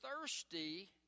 thirsty